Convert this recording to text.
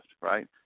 right